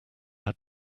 had